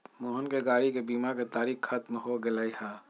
मोहन के गाड़ी के बीमा के तारिक ख़त्म हो गैले है